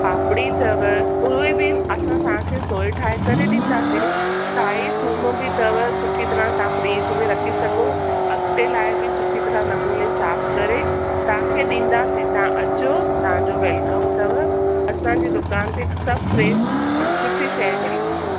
पापड़ी अथव उहे बि असां तव्हांखे सोए ठाए करे ॾींदासीं साई थूम बि अथव सुठी तरह तव्हां फ्रिज़ में रखे सघो अॻिते लाइ बि सुठी तरह नमूने साफ़ु करे तव्हांखे ॾींदासीं तव्हां अचो तव्हांजो वेलकम अथव असांजी दुकान ते सभु फ्रेश ऐं सुठी शइ मिली वेंदव